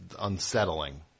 unsettling